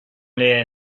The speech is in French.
les